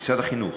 משרד החינוך,